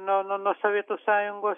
nuo nuo nuo sovietų sąjungos